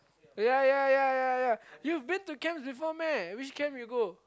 ya ya ya ya ya you've been to camps before meh which camp you go